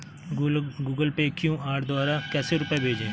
Google Pay QR द्वारा कैसे रूपए भेजें?